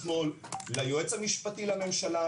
ליועץ המשפטי לממשלה,